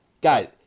guys